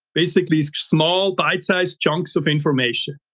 basically small, bite-sized chunks of information.